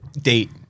date